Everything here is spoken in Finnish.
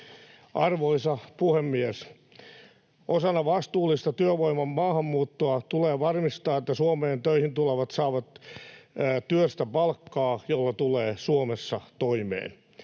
Arvoisa puhemies! Osana vastuullista työvoiman maahanmuuttoa tulee varmistaa, että Suomeen töihin tulevat saavat työstä palkkaa, jolla tulee Suomessa toimeen.